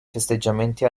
festeggiamenti